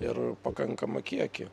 ir pakankamą kiekį